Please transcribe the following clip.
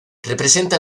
representa